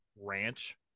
ranch